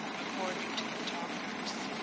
according to the talkers.